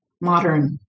modern